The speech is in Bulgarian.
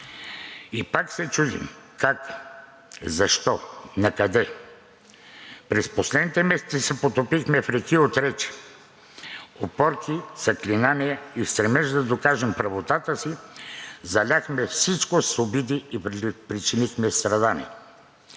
И пак се чудим – как, защо, накъде? През последните месеци се потопихме в реки от речи, опорки, заклинания и в стремеж да докажем правотата си заляхме всичко с обиди и причинихме страдание.